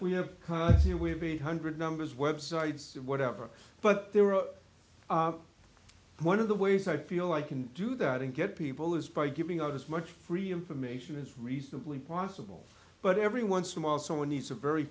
we have here we have a hundred numbers websites and whatever but they were one of the ways i feel i can do that and get people is by giving as much free information as reasonably possible but every once in while someone needs a very